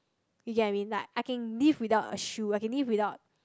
you get what I mean like I can live without a shoe I can live without